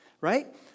right